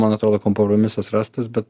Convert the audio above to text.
man atrodo kompromisas rastas bet